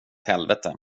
helvete